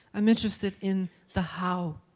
i'm interested in the how.